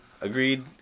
Agreed